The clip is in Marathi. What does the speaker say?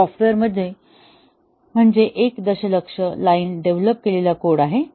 सॉफ्टवेअर म्हणजे एक दशलक्ष लाईन डेव्हलप केलेला कोड आहे